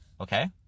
okay